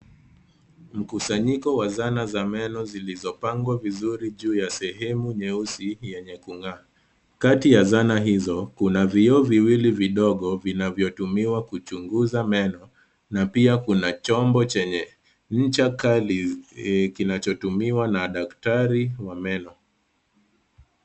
Mkusanyiko wa zana za meno zilizopangwa vizuri juu ya sehemu nyeusi yenye kung'aa. Kati ya zana hizo, kuna vioo viwili vidogo vinavyotumiwa kuchunguza meno, na pia kuna chombo chenye ncha kali eeh kinachotumiwa na daktari wa meno.